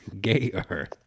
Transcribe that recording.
Gayer